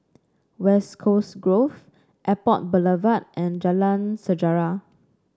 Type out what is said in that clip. West Coast Grove Airport Boulevard and Jalan Sejarah